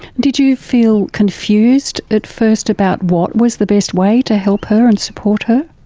did you feel confused at first about what was the best way to help her and support her?